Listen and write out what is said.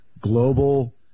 global